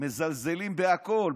מזלזלים בכול,